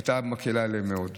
היא הייתה מקילה עליהם מאוד.